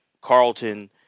Carlton